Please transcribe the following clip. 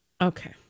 Okay